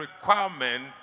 requirement